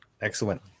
excellent